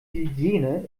hygiene